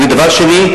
ודבר שני,